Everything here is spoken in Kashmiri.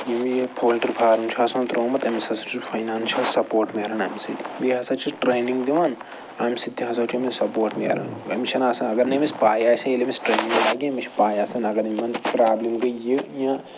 ییٚمۍ یہِ پولٹرٛی فارَم چھُ آسان ترٛوومُت أمِس ہَسا چھُ فاینانشَل سَپوٹ مِلان امہ سۭتۍ بیٚیہِ ہَسا چھِ ٹرٛینِنٛگ دِوان اَمہِ سۭتۍ تہِ ہَسا چھُ أمِس سَپوٹ مِلان أمِس چھَنہٕ آسان اگر نہٕ أمِس پَے آسہِ ہے ییٚلہِ أمِس ٹرٛینِنٛگ لَگہِ أمِس چھِ پَے آسان اگر یِمَن پرابلِم گٔے یہِ یا